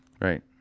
Right